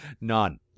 None